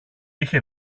είχε